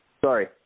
Sorry